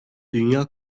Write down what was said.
dünya